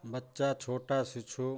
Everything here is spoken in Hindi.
बच्चा छोटा शिशु